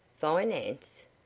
Finance